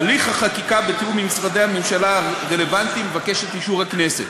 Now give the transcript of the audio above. הליך החקיקה בתיאום עם משרדי הממשלה הרלוונטיים מבקש את אישור הכנסת.